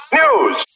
news